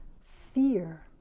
fear